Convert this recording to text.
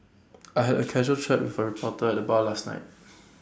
I had A casual chat for A reporter at the bar last night